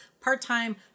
part-time